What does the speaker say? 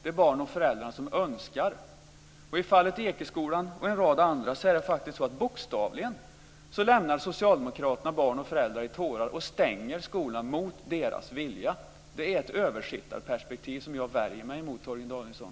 Det är barn och föräldrar som önskar detta. I fallet Ekeskolan och en rad andra är det bokstavligen faktiskt så att socialdemokraterna lämnar barn och föräldrar i tårar och stänger skolan mot deras vilja. Det är ett översittarperspektiv som jag värjer mig emot, Torgny Danielsson.